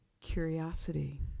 curiosity